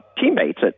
teammates